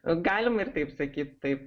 galima ir taip sakyt taip